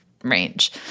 Range